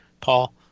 Paul